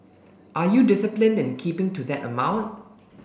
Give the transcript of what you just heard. are you disciplined in keeping to that amount